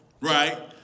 Right